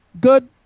Good